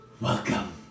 Welcome